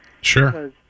Sure